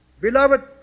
Beloved